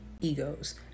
egos